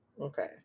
Okay